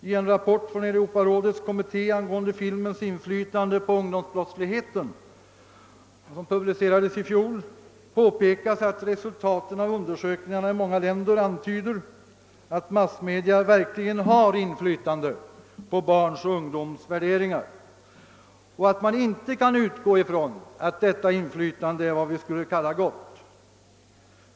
I en rapport från Europarådets kommitté angående filmens inflytande på ungdomsbrottsligheten, publicerad i fjol, påpekas att resultaten av undersökningar i många länder antyder att massmedia verkligen har inflytande på barns och ungdomars värderingar och att man inte kan utgå från att detta inflytande är vad vi skulle kalla gott.